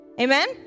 Amen